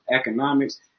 economics